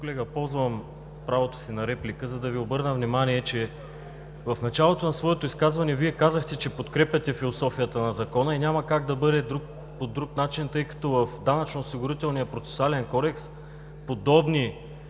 Колега, използвам правото си на реплика, за да Ви обърна внимание, че в началото на своето изказване Вие казахте, че подкрепяте философията на Закона и няма как да бъде по друг начин, тъй като в Данъчно осигурителния процесуален кодекс подобни